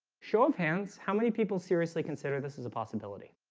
show of hands how many people seriously consider this is a possibility